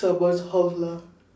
someone's house lah